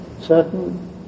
certain